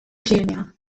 الجامعة